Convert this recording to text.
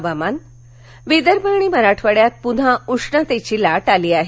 हवामान् विदर्भ आणि मराठवाड्यात पुन्हा उष्णतेची लाट आली आहे